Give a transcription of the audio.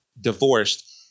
divorced